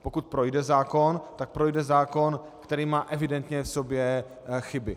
Pokud projde zákon, tak projde zákon, který evidentně v sobě má chyby.